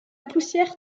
poussière